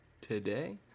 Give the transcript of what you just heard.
today